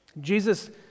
Jesus